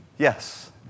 Yes